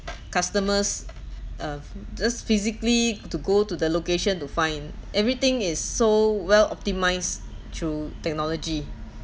customers um just physically to go to the location to find everything is so well optimised through technology